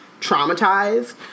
traumatized